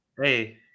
Hey